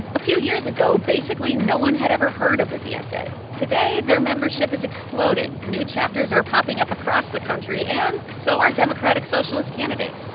a few years ago, basically no one had ever heard of the dsa. today, their membership is exploding. new chapters are popping up across the country, and so are democratic socialist candidates